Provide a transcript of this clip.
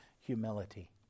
humility